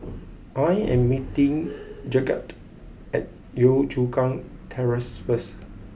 I am meeting Gidget at Yio Chu Kang Terrace first